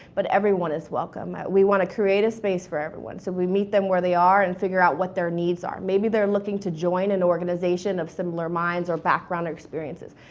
but everyone is welcome. we want to create a space for everyone so we meet them where they are and figure out what their needs are. maybe they're looking to join an organization of similar minds or background experiences.